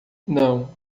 não